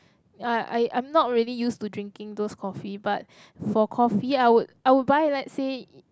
I I I'm not really used to drinking those coffee but for coffee I would I would buy let's say